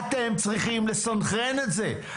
אתם צריכים לסנכרן את זה.